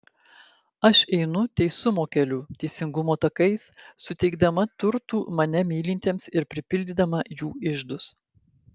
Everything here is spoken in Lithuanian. aš einu teisumo keliu teisingumo takais suteikdama turtų mane mylintiems ir pripildydama jų iždus